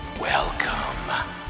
welcome